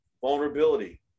Vulnerability